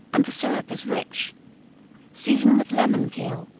and the syrup is rich season with lemon peel,